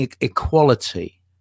equality